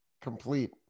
Complete